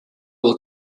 will